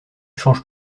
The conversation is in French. change